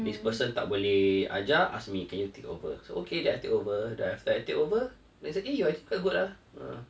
this person tak boleh ajar ask me can you take over so okay then I take over then after I take over then say eh you are actually quite good ah uh